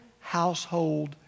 household